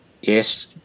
yes